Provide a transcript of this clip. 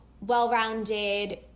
well-rounded